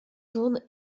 tourne